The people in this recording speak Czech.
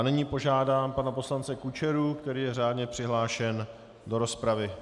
Nyní požádám pana poslance Kučeru, který je řádně přihlášen do rozpravy.